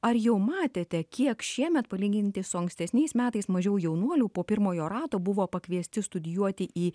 ar jau matėte kiek šiemet palyginti su ankstesniais metais mažiau jaunuolių po pirmojo rato buvo pakviesti studijuoti į